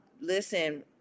Listen